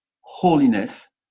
holiness